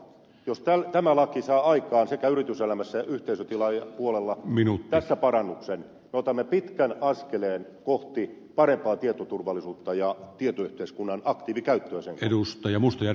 jos tämä laki saa aikaan sekä yrityselämässä että yhteisötilaajapuolella tässä parannuksen me otamme pitkän askeleen kohti parempaa tietoturvallisuutta ja tietoyhteiskunnan aktiivikäyttöä sen kautta